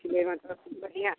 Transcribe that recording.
इसीलिए मतलब कि बढ़िया है